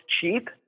cheap